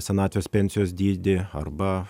senatvės pensijos dydį arba